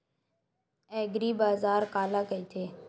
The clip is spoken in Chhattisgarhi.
एग्रीबाजार काला कइथे?